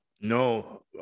No